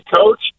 coach